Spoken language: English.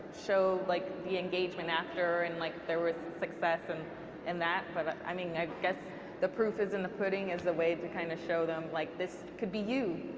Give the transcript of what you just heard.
show like the engagement after and like there was success. and and but i mean i guess the proof is in the pudding is the way to kind of show them like this could be you.